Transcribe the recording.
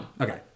Okay